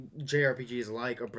JRPGs-like